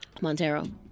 Montero